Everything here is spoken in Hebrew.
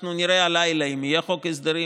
אנחנו נראה הלילה אם יהיה חוק הסדרים.